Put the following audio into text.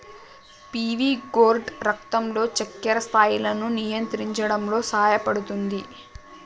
PV gourd రక్తంలో చక్కెర స్థాయిలను నియంత్రించడంలో సహాయపుతుంది